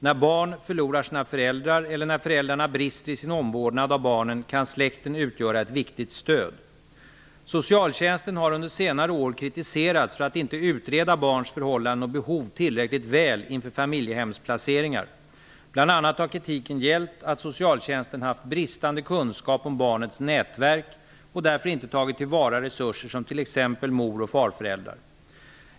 När barn förlorar sina föräldrar eller när föräldrarna brister i sin omvårdnad av barnen kan släkten utgöra ett viktigt stöd. Socialtjänsten har under senare år kritiserats för att inte utreda barns förhållanden och behov tillräckligt väl inför familjehemsplaceringar. Bl.a. har kritiken gällt att socialtjänsten haft bristande kunskap om barnets nätverk och därför inte tagit till vara resurser som t.ex. mor och farföräldrar.